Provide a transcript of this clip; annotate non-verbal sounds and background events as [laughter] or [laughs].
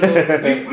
[laughs]